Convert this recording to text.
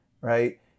right